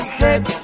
head